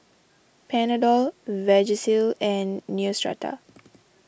Panadol Vagisil and Neostrata